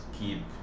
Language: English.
keep